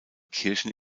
kirchen